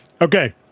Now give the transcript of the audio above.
Okay